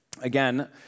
again